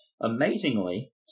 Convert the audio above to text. amazingly